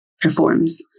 performs